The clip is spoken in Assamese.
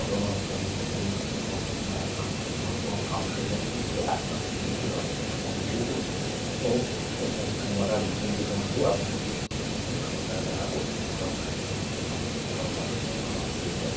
ধৰক মিচিং হওক বা তেওঁলোকৰ কাউন্সিলে গোটেই আগভাগখিনি লয় আৰু গোটেইটোক মুখ্য ক্ষমতা বিকেন্দ্ৰীকৰণতো আপোনাৰ গোটেই চৰকাৰৰদ্বাৰা পৰিচালিত হয় যিখন চৰকাৰপৰাও সেয়ে হয়